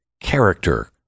character